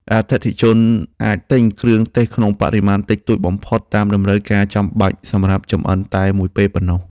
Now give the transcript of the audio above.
អតិថិជនអាចទិញគ្រឿងទេសក្នុងបរិមាណតិចតួចបំផុតតាមតម្រូវការចាំបាច់សម្រាប់ចម្អិនតែមួយពេលប៉ុណ្ណោះ។